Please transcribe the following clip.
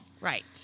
Right